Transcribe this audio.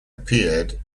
appeared